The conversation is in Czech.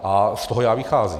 A z toho já vycházím.